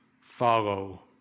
follow